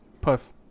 Puff